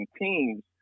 teams